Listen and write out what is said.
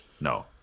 No